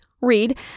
read